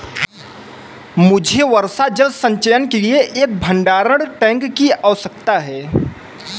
मुझे वर्षा जल संचयन के लिए एक भंडारण टैंक की आवश्यकता है